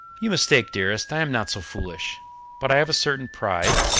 you mistake, dearest i am not so foolish but i have a certain pride,